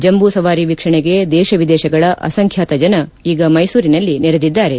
ಜಂಬೂ ಸವಾರಿ ವೀಕ್ಷಣೆಗೆ ದೇಶ ವಿದೇಶಗಳ ಅಸಂಖ್ಯಾತ ಜನ ಈಗ ಮೈಸೂರಿನಲ್ಲಿ ಸೇರಿದ್ದಾರೆ